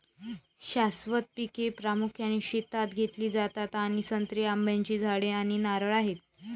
शाश्वत पिके प्रामुख्याने शेतात घेतली जातात आणि संत्री, आंब्याची झाडे आणि नारळ आहेत